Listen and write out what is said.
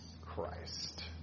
Christ